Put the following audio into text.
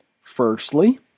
Firstly